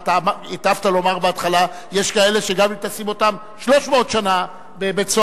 והיטבת לומר בהתחלה: יש כאלה שגם אם תשים אותם 300 שנה בבית-סוהר,